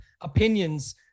opinions